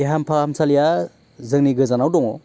देहा फाहामसालिया जोंनि गोजानाव दङ